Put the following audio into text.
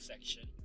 Section